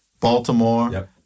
Baltimore